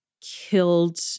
killed